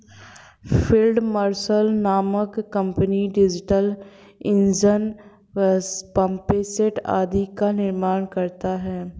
field Marshal नामक company diesel engine, pump set आदि का निर्माण करता है